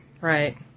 Right